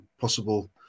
possible